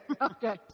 Okay